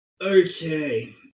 Okay